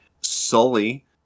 Sully